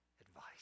advice